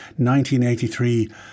1983